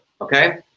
okay